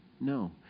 No